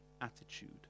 attitude